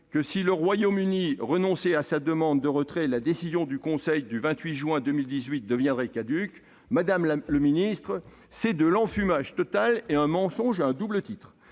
:" si le Royaume-Uni renonçait à sa demande de retrait, la décision du Conseil du 28 juin 2018 deviendrait caduque ". Madame le ministre, c'est de l'enfumage total et un mensonge à un double titre.